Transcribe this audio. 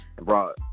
brought